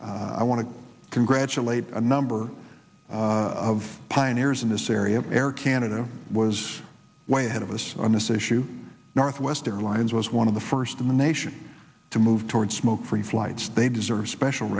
it i want to congratulate a number of pioneers in this area air canada was way ahead of us on this issue northwest airlines was one of the first in the nation to move toward smoke free flights they deserve special